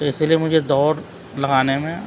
تو اسی لیے مجھے دوڑ لگانے میں